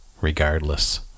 regardless